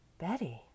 Betty